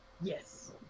Yes